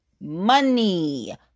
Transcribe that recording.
money